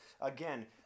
Again